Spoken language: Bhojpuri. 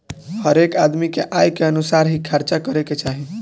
हरेक आदमी के आय के अनुसार ही खर्चा करे के चाही